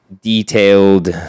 detailed